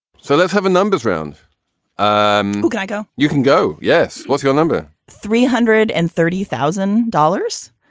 so let's have a numbers round um guy go. you can go. yes. what's your number? three hundred and thirty thousand dollars.